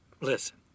listen